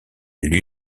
lui